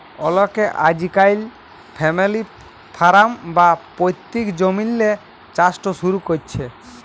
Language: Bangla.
অলেকে আইজকাইল ফ্যামিলি ফারাম বা পৈত্তিক জমিল্লে চাষট শুরু ক্যরছে